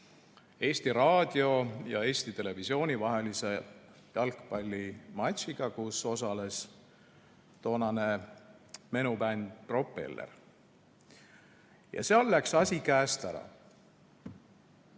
Eesti Raadio ja Eesti Televisiooni vahelise jalgpallimatšiga, kus osales toonane menubänd Propeller. Seal läks asi käest ära.